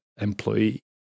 employee